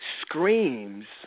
screams